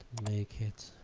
make it